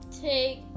take